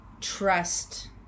trust